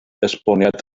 esboniad